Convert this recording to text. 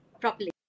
properly